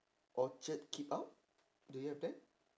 orchard keep out do you have that